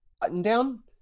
button-down